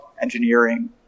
engineering